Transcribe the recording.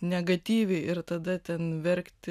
negatyviai ir tada ten verkti